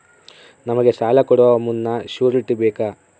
ನಮಗೆ ಸಾಲ ಕೊಡುವ ಮುನ್ನ ಶ್ಯೂರುಟಿ ಬೇಕಾ?